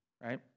right